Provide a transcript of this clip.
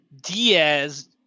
Diaz